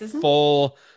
full